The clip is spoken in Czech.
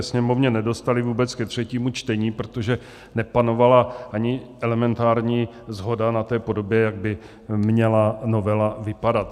Sněmovně nedostali vůbec ke třetímu čtení, protože nepanovala ani elementární shoda na té podobě, jak by měla novela vypadat.